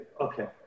Okay